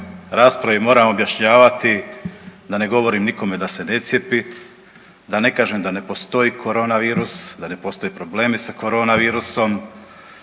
raspravi moram objašnjavati da ne govorim nikom da se ne cijepi, da ne kažem da ne postoji koronavirus, da ne postoje problemi sa koronavirusom,